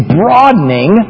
broadening